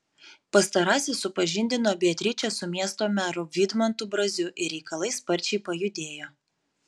pastarasis supažindino beatričę su miesto meru vidmantu braziu ir reikalai sparčiai pajudėjo